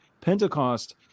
Pentecost